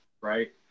right